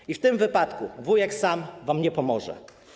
I w tym wypadku Wuj Sam wam nie pomoże.